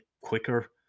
quicker